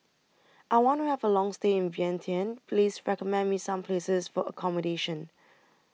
I want to Have A Long stay in Vientiane Please recommend Me Some Places For accommodation